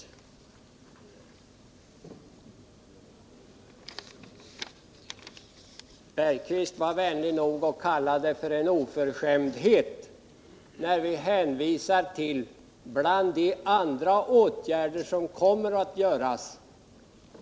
Jan Bergqvist var vänlig nog att kalla det för en oförskämdhet när vi hänvisar till andra åtgärder som kommer att vidtas.